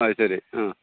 അത് ശരി ആ